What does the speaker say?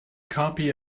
copy